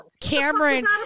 Cameron